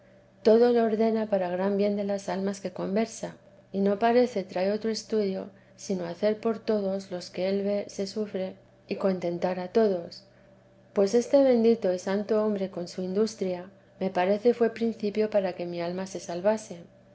todo lo ordena para gran bien de las almas que conversa y no parece trae otro estudio sino hacer por todos los que él ve se sufre y contentar a todos pues este bendito y santo hombre con su industria me parece fué principio para que mi alma se salvase